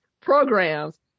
programs